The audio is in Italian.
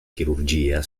chirurgia